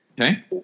Okay